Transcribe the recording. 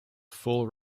full